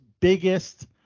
biggest